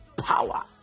power